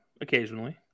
occasionally